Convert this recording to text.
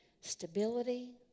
stability